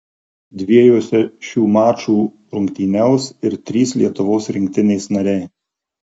dviejuose šių mačų rungtyniaus ir trys lietuvos rinktinės nariai